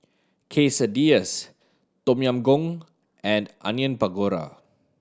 Quesadillas Tom Yam Goong and Onion Pakora